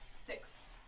Six